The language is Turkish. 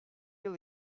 yıl